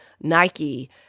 Nike